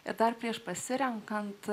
ir dar prieš pasirenkant